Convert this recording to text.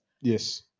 Yes